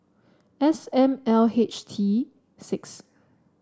S M L H T six